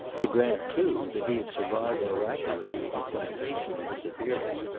to grant, too, that he had survived miraculously his sensational disappearance,